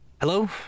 Hello